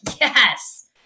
yes